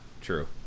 true